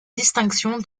distinction